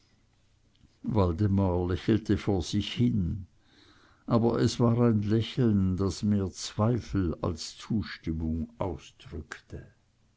waldemar lächelte vor sich hin aber es war ein lächeln das mehr zweifel als zustimmung ausdrückte